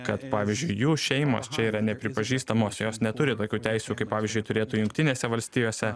kad pavyzdžiui jų šeimos čia yra nepripažįstamos jos neturi tokių teisių kaip pavyzdžiui turėtų jungtinėse valstijose